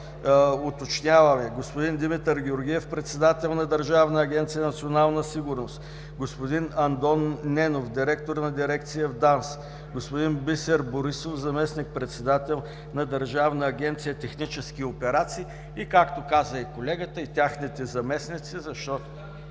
уточняваме: господин Димитър Георгиев – председател на Държавна агенция „Национална сигурност“; господин Андон Ненов – директор на дирекция в ДАНС; господин Бисер Борисов – заместник-председател на Държавна агенция „Технически операции“, и, както каза и колегата, и техните заместници, защото…